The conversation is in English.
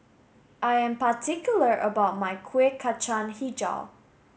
I am particular about my Kueh Kacang Hijau